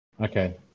Okay